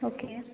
okay